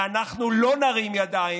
ואנחנו לא נרים ידיים.